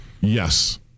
Yes